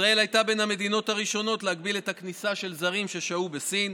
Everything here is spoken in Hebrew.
ישראל הייתה בין המדינות הראשונות שהגבילו את הכניסה של זרים ששהו בסין.